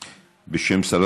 בבקשה, בשם שרת